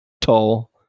tall